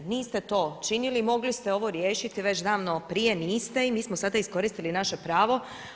Niste to činili, mogli ste ovo riješiti već davno prije, niste i mi smo sada iskoristili naše pravo.